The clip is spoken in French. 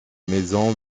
maison